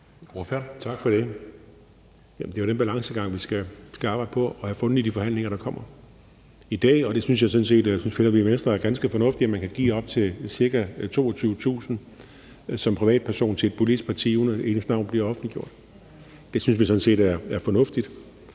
(V): Tak for det. Jamen det er jo den balancegang, vi skal arbejde på at have fundet i de forhandlinger, der kommer. I dag, og det synes jeg sådan set, og det synes vi i Venstre, er ganske fornuftigt, kan man give op til ca. 22.000 kr. som privatperson til et politisk parti, uden at ens navn bliver offentliggjort. Det synes vi sådan set er fornuftigt.